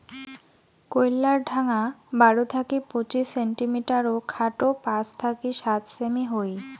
কইল্লার ঢাঙা বারো থাকি পঁচিশ সেন্টিমিটার ও খাটো পাঁচ থাকি সাত সেমি হই